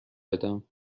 بدم